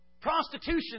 prostitution